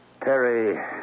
Terry